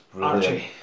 Archie